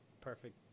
perfect